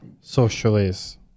socialist